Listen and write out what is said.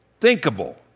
thinkable